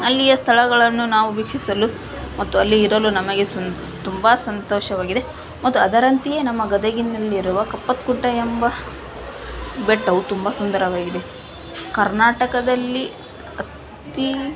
ಅಲ್ಲಿಯ ಸ್ಥಳಗಳನ್ನು ನಾವು ವೀಕ್ಷಿಸಲು ಮತ್ತು ಅಲ್ಲಿ ಇರಲು ನಮಗೆ ಸುನ್ ತುಂಬ ಸಂತೋಷವಾಗಿದೆ ಮತ್ತು ಅದರಂತೆಯೇ ನಮ್ಮ ಗದಗಿನಲ್ಲಿರುವ ಕಪ್ಪತಗುಡ್ಡ ಎಂಬ ಬೆಟ್ಟವು ತುಂಬ ಸುಂದರವಾಗಿದೆ ಕರ್ನಾಟಕದಲ್ಲಿ ಅತೀ